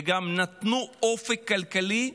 וגם נתנו אופק כלכלי,